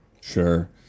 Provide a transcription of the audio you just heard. Sure